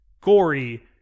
gory